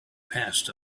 passed